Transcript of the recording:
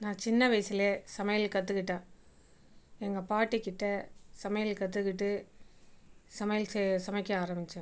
நான் சின்ன வயசுலே சமையல் கற்றுக்கிட்டேன் எங்கள் பாட்டிக்கிட்டே சமையல் கற்றுக்கிட்டு சமையல் செய்ய சமைக்க ஆரம்பித்தேன்